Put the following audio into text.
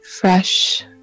fresh